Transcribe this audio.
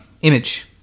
image